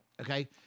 Okay